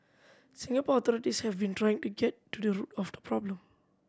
Singapore authorities have been trying to get to the root of the problem